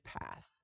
path